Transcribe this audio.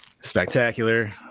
spectacular